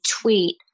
tweet